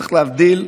צריך להבדיל: